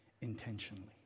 intentionally